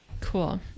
Cool